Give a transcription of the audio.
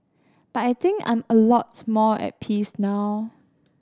but I think I'm a lot more at peace now